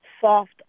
soft